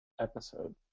episode